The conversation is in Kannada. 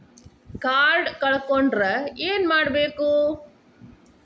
ಕಾರ್ಡ್ ಕಳ್ಕೊಂಡ್ರ ಏನ್ ಮಾಡಬೇಕು?